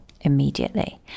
immediately